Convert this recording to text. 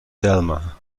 selma